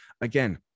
again